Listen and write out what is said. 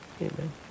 Amen